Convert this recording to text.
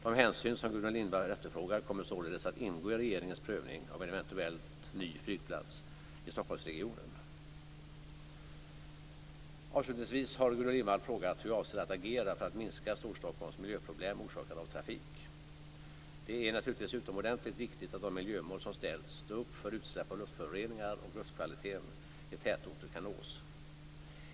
De hänsyn som Gudrun Lindvall efterfrågar kommer således att ingå i regeringens prövning av en eventuell ny flygplats i Det är naturligtvis utomordentligt viktigt att de miljömål som ställts upp för utsläpp av luftföroreningar och luftkvaliteten i tätorter nås.